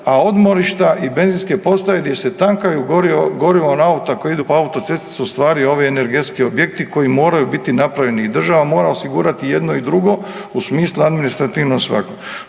a odmorišta i benzinske postaje gdje se tankaju gorivo auta koji idu po autocesti su ustvari ovi energetski objekti koji moraju biti napravljeni i država mora osigurati i jedno i drugo u smislu administrativno …